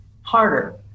harder